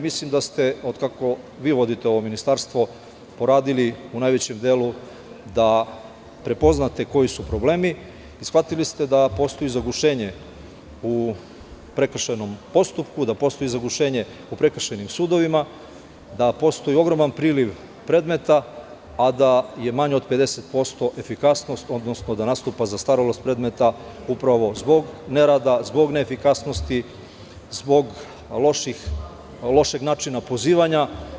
Mislim da od kada vi vodite ovo ministarstvo, poradili u najvećem delu da prepoznate koji su problemi i shvatili ste da postoji zagušenje u prekršajnom postupku, da postoji zagušenje u prekršajnim sudovima, da postoji ogroman priliv predmeta, a da je manje od 50% efikasnost, odnosno da nastupa zastarelost predmeta upravo zbog ne rada, zbog ne efikasnosti, zbog lošeg načina pozivanja.